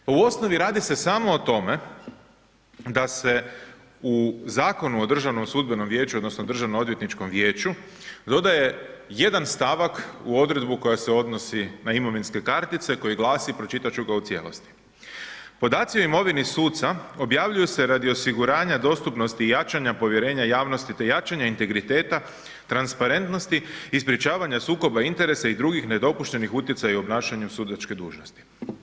U osnovi, radi se samo o tome da se u Zakonu o Državnom sudbenom vijeću, odnosno Državnoodvjetničkom vijeću dodaje jedan stavak u odredbu koja se odnosi na imovinske kartice koji glasi, pročitat ću ga u cijelosti: „Podaci o imovini suca objavljuju se radi osiguranja dostupnosti jačanja povjerenja javnosti te jačanja integriteta, transparentnosti i sprječavanja sukoba interesa i drugih nedopuštenih utjecaja u obnašanju sudačke dužnosti.